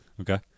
Okay